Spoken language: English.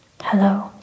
Hello